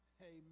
Amen